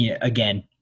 Again